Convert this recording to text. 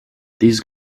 these